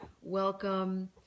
welcome